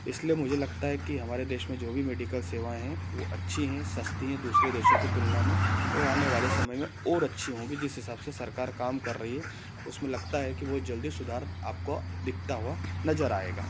इसलिए मुझे लगता है कि हमारे देश में जो भी मेडिकल सेवाएँ हैं वो अच्छी हैं सस्ती हैं दूसरे देशों की तुलना में और आने वाले समय में और अच्छी होंगी जिस हिसाब से सरकार काम कर रही है उसमें लगता है कि वो जल्दी सुधार आपको दिखता हुआ नजर आएगा